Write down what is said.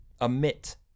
emit